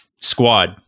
squad